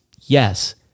Yes